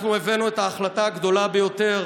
אנחנו הבאנו את ההחלטה הגדולה ביותר